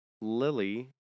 Lily